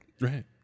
right